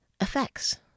effects